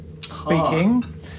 speaking